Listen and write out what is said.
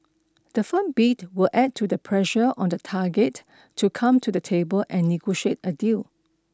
the firm bid will add to the pressure on the target to come to the table and negotiate a deal